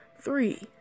Three